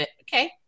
Okay